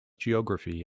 geography